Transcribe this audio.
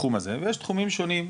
ויש תחומים שונים,